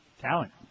Talent